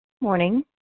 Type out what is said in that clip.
morning